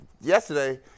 yesterday